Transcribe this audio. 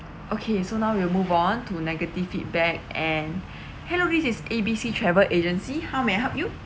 okay so now we'll move on to negative feedback and hello this is A B C travel agency how may I help you